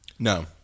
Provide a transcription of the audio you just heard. No